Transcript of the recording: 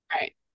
Right